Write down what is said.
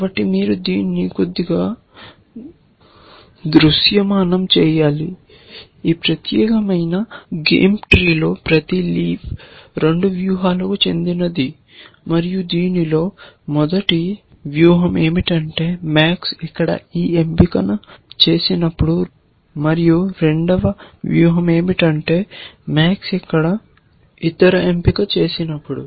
కాబట్టి మీరు దీన్ని కొద్దిగా దృశ్యమానం చేయాలి ఈ ప్రత్యేకమైన గేమ్ట్రీలో ప్రతి లీఫ్ 2 వ్యూహాలకు చెందినది మరియు దీనిలో మొదటి వ్యూహం ఏమిటంటే MAX ఇక్కడ ఈ ఎంపిక చేసినప్పుడు మరియు రెండవ వ్యూహం ఏమిటంటే MAX ఇక్కడ ఇతర ఎంపిక చేసినప్పుడు